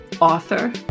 author